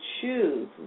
choose